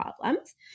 problems